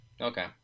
okay